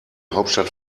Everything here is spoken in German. hauptstadt